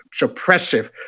suppressive